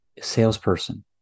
salesperson